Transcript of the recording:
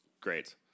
Great